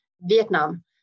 Vietnam